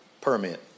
permit